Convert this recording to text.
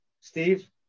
steve